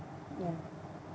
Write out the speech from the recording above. ya